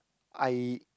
I